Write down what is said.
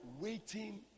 waiting